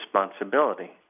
responsibility